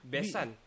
Besan